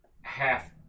half